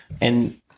And-